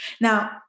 Now